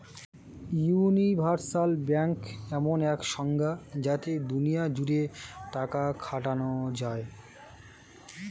universal bank এমন এক সংস্থা যাতে দুনিয়া জুড়ে টাকা খাটানো যায়